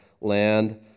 land